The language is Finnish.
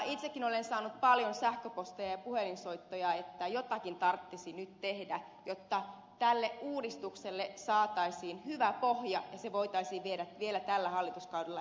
itsekin olen saanut paljon sähköposteja ja puhelinsoittoja että jotakin tarttisi nyt tehdä jotta tälle uudistukselle saataisiin hyvä pohja ja se voitaisiin viedä vielä tällä hallituskaudella eteenpäin